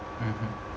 mmhmm